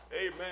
Amen